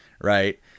right